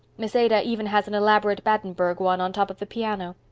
miss ada even has an elaborate battenburg one on top of the piano.